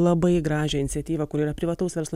labai gražią iniciatyvą kuri yra privataus verslo